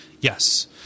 yes